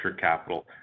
capital